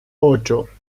ocho